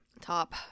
Top